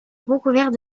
recouverts